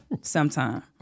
Sometime